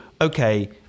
Okay